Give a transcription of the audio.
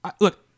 look